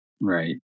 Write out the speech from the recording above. Right